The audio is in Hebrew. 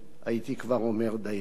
הייתי כבר אומר דיינו.